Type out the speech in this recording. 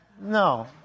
No